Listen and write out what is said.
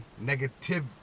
negative